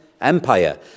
Empire